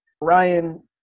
Ryan